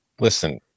Listen